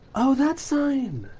oh! that sign?